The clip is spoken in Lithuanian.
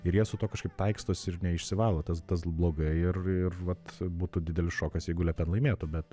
ir jie su tuo kažkaip taikstosi ir neišsivalo tas tas blogai ir ir vat būtų didelis šokas jeigu lepen laimėtų bet